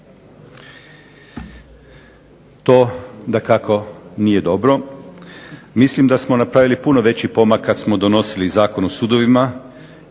To dakako nije dobro, mislim da smo napravili puno veći pomak kad smo donosili Zakon o sudovima